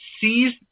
sees